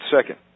second